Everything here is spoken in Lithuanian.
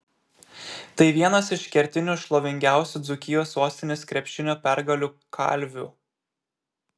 tai vienas iš kertinių šlovingiausių dzūkijos sostinės krepšinio pergalių kalvių